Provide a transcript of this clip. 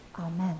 Amen